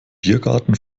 biergarten